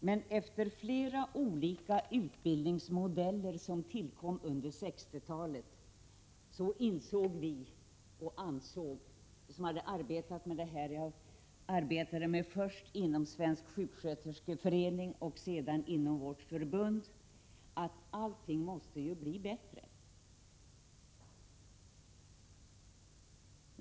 Men efter flera olika utbildningsmodeller, som tillkom under 1960-talet, insåg vi som hade arbetat med det här — först inom Svensk sjuksköterskeförening och sedan inom vårt förbund — att allt måste bli bättre.